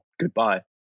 goodbye